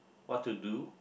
what to do